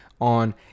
on